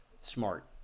smart